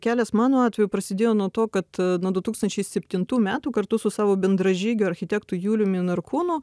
kelias mano atveju prasidėjo nuo to kad nuo du tūkstančiai septintų metų kartu su savo bendražygiu architektu juliumi narkūnu